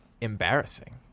embarrassing